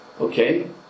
Okay